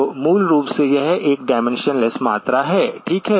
तो मूल रूप से यह एक डायमेंशनलेस्स मात्रा है ठीक है